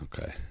Okay